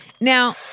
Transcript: Now